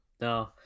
No